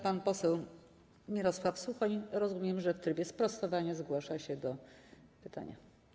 Pan poseł Mirosław Suchoń, rozumiem, że w trybie sprostowania, zgłasza się do pytania.